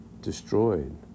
destroyed